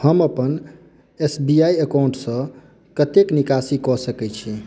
हम अपन S B I अकाउंटसँ कतेक निकासी कऽ सकै छी